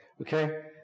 okay